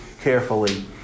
carefully